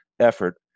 effort